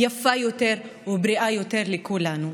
יפה יותר ובריאה יותר לכולנו.